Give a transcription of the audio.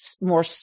more